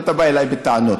ואתה בא אליי בטענות,